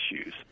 issues